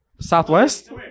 Southwest